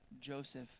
Joseph